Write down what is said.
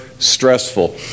stressful